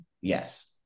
Yes